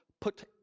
put